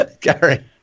Gary